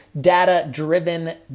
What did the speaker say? data-driven